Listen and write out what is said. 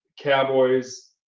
Cowboys